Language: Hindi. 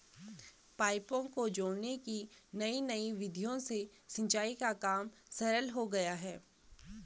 पाइपों को जोड़ने की नयी नयी विधियों से सिंचाई का काम सरल हो गया है